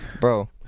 Bro